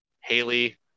Haley